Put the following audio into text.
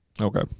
Okay